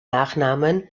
nachnamen